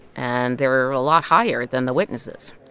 and they're a lot higher than the witnesses.